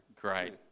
great